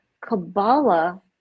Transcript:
Kabbalah